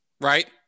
right